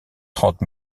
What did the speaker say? trente